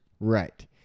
Right